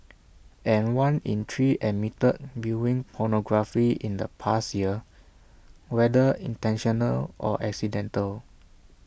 and one in three admitted viewing pornography in the past year whether intentional or accidental